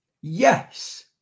Yes